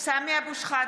(קוראת בשמות חברי הכנסת) סמי אבו שחאדה,